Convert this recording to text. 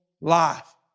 life